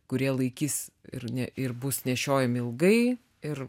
kurie laikys ir ne ir bus nešiojami ilgai ir